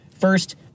First